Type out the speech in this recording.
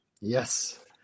yes